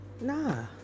Nah